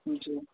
जी